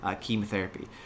chemotherapy